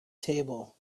table